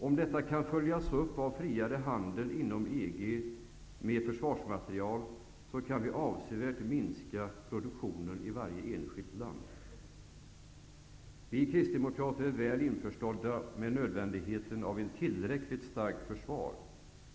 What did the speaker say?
Om detta kan följas av friare handel med försvarsmaterial inom EG, kan vi avsevärt minska denna produktion i varje enskilt land. Vi kristdemokrater är väl införstådda med nödvändigheten av ett tillräckligt starkt försvar.